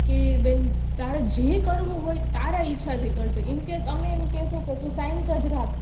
કે બેન તારે જે કરવું હોય તારા ઈચ્છાથી કરજે ઈનકેસ અમે એમ કહીશું કે તું સાયન્સ જ રાખ